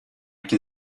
can